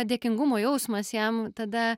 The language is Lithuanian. dėkingumo jausmas jam tada